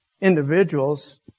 individuals